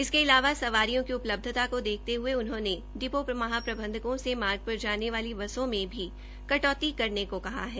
इसके अलावा सवारियों की उपलब्धता को देखते हये उन्होंने महाप्रबंधकों से मार्ग पर जाने वाली बसों में भी कटौती करने को भी कहा है